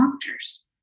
doctors